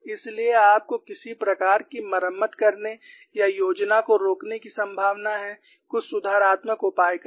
इसलिए आपको किसी प्रकार की मरम्मत करने या योजना को रोकने की संभावना है कुछ सुधारात्मक उपाय करें